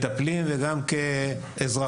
שמספקים מטפלים וגם כאזרחים.